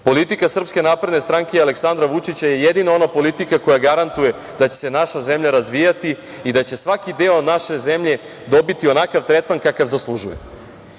politika SNS i Aleksandra Vučića je jedina ona politika koja garantuje da će se naša zemlja razvijati i da će svaki deo naše zemlje dobiti onakav tretman onakav kakav zaslužuje